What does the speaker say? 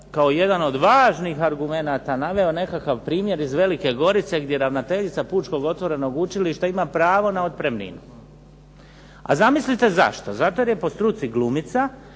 kao jedan od važnih argumenata naveo nekakav primjer iz Velike Gorice gdje ravnateljica Pučkog otovrenog učilišta ima pravo na otpremnicu. A zamislite zašto? Zato jer je po struci glumica,